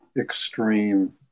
extreme